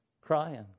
crying